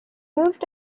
moved